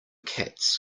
cats